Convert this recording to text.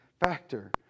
factor